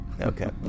Okay